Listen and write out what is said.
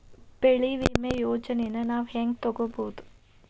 ಬೆಳಿ ವಿಮೆ ಯೋಜನೆನ ನಾವ್ ಹೆಂಗ್ ತೊಗೊಬೋದ್?